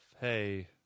Hey